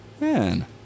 Man